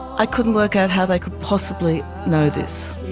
i couldn't work out how they could possibly know this.